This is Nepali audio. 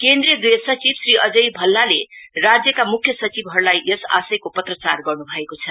केन्द्रीय गृह सचिव श्री अजय भल्लाले राज्यका मुख्य सचिवहरुलाई यस आशयको पत्राचार गर्न् भएको छ